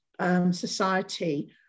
society